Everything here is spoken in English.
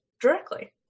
directly